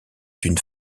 d’une